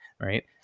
right